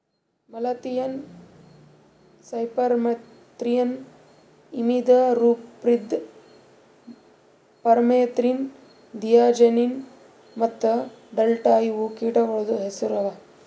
malathion, cypermethrin, imidacloprid, permethrin, diazinon ಮತ್ತ delta ಇವು ಕೀಟಗೊಳ್ದು ಹೆಸುರ್ ಅವಾ